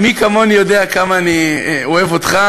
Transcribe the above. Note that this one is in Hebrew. כן, כן, אני חייב להודות, תודה רבה לך,